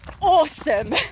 awesome